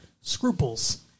Scruples